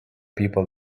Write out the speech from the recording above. people